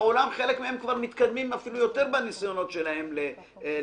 בעולם חלק מהם כבר מתקדמים אפילו יותר בניסיונות שלהם להתמודד.